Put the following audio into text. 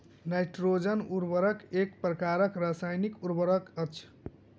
nitrogen उर्वरक एक प्रकारक रासायनिक उर्वरक अछि